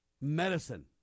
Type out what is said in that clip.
medicine